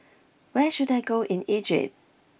where should I go in Egypt